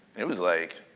it was like,